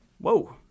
whoa